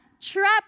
trapped